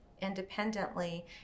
independently